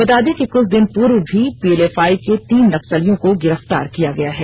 बता दें कि कुछ दिन पूर्व भी पीएलएफआई के तीन नक्सलियों को गिरफ्तार गया किया है